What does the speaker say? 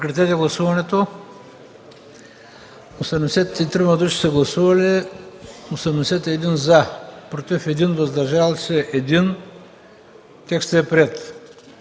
Текстът е приет.